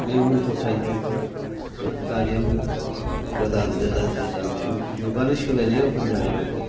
बे मथर थायनि फैथा दानियाव गोदान गोदान जुग जुगानो सोलायनाय रखम जाहैबाय